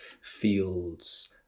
fields